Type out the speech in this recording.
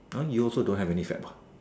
!huh! you also don't have any fad ah